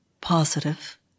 positive